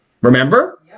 Remember